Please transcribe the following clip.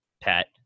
Pat